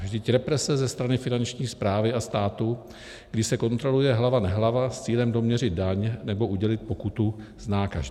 Vždyť represe ze strany Finanční správy a státu, kdy se kontroluje hlava nehlava s cílem doměřit daň nebo udělit pokutu, zná každý.